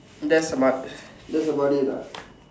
that's about that's about it lah